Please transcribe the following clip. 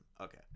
okay